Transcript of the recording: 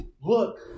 Look